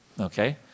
Okay